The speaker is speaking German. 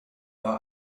war